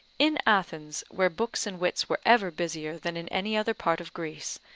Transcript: in athens, where books and wits were ever busier than in any other part of greece,